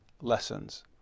lessons